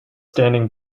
standing